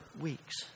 weeks